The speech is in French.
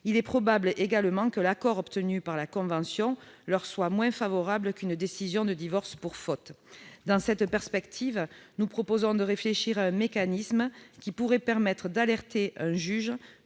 également probable que l'accord obtenu par la convention leur soit moins favorable qu'une décision de divorce pour faute. Dans cette perspective, nous proposons de réfléchir à un mécanisme qui pourrait permettre d'alerter un juge